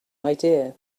idea